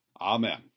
Amen